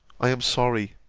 i am sorry,